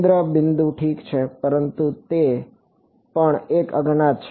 કેન્દ્ર બિંદુ ઠીક છે પરંતુ તે પણ એક અજ્ઞાત છે